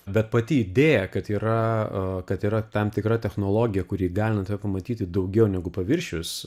bet pati idėja kad yra a kad yra tam tikra technologija kuri įgalina tave pamatyti daugiau negu paviršius